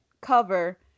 cover